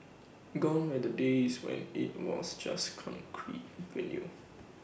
gone are the days when IT was just concrete venue